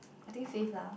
I think safe lah